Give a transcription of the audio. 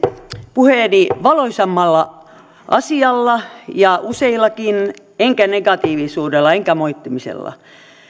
puheeni valoisammalla asialla ja useillakin enkä negatiivisuudella enkä moittimisella